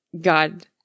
God